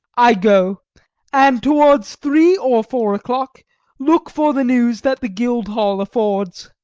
i go and towards three or four o'clock look for the news that the guildhall affords.